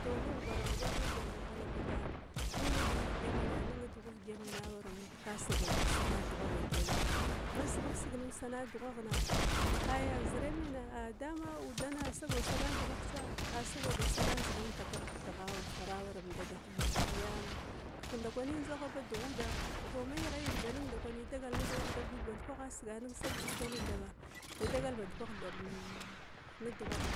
Tou ma ghubara-ghubarga ne dughwa mahalakwaha tou mung nedugh ma viga mena, mung nedugh ma viga mena awara mud ka sagau kud sana dughaghun kena, ma shivsig nuda sana dughaghna, aya zira mena, tou dama udana a sagau dana dughagh tsa, asagau basa na ndzigan umtakir-dekigha awara mud, ufara awaram dadah, iya amung, kegh ndakwi ndzagha ba dughdda, ma yaghgig ndakwi da dagala ba davigud ba nda kwa siga nin savigud thaba da dagala bandkwan dughagh